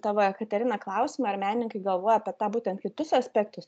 tavo jekaterina klausimą ar menininkai galvoja apie tą būtent kitus aspektus